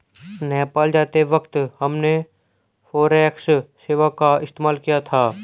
नेपाल जाते वक्त हमने फॉरेक्स सेवा का इस्तेमाल किया था